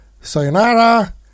sayonara